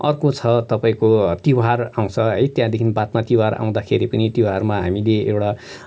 अर्को छ तपाईँको तिहार आउँछ है त्यहाँदेखि बादमा तिहार आउँदाखेरि पनि तिहारमा हामीले एउटा